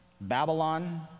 Babylon